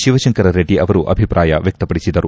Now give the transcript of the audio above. ಶಿವಶಂಕರರೆಡ್ಡಿ ಅಭಿಪ್ರಾಯ ವ್ಯಕ್ತಪಡಿಸಿದರು